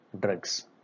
drugs